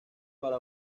para